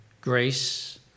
grace